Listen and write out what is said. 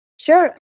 Sure